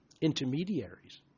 intermediaries